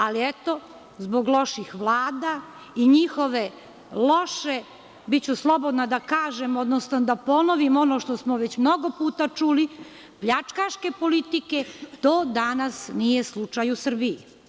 Ali, eto, zbog loših vlada i njihove loše, biću slobodna da kažem, odnosno da ponovim ono što smo već mnogo puta čuli, pljačkaške politike, to danas nije slučaj u Srbiji.